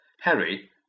Harry